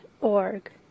org